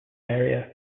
area